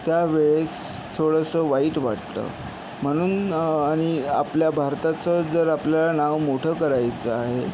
त्यावेळेस थोडंसं वाईट वाटतं म्हणून आणि आपल्या भारताचं जर आपल्याला नाव मोठं करायचं आहे